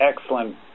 excellent